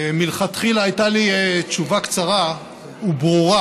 מלכתחילה הייתה לי תשובה קצרה וברורה,